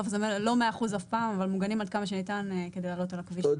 אף פעם זה לא מאה אחוזים אבל מוגנים עד כמה שניתן כדי לעלות על הכביש.